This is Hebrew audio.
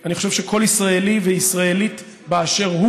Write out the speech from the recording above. אני חושב שכל ישראלי וישראלית באשר הם